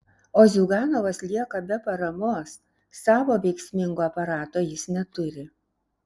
o ziuganovas lieka be paramos savo veiksmingo aparato jis neturi